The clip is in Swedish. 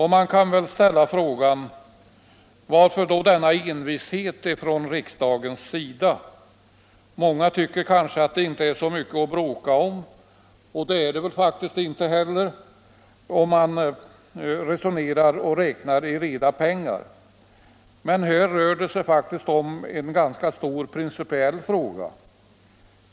Man kan väl då ställa frågan: Varför denna envishet från riksdagens sida? Många tycker kanske att det inte är så mycket att bråka om, och det är det väl inte heller om man räknar i reda pengar. Men här rör det sig faktiskt om en ganska stor principiell fråga.